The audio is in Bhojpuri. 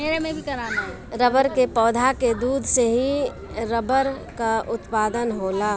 रबड़ के पौधा के दूध से ही रबड़ कअ उत्पादन होला